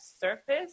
surface